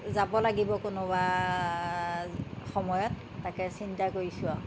যাব লাগিব কোনোবা সময়ত তাকে চিন্তা কৰিছোঁ আৰু